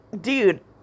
dude